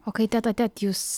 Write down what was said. o kai tet a tet jūs